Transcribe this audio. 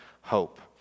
hope